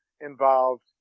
involved